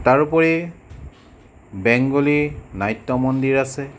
তাৰোপৰি বেংগলী নাট্য মন্দিৰ আছে